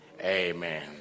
Amen